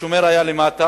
והשומר היה למטה,